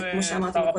כמו שאמרתי,